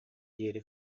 диэри